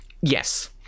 Yes